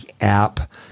app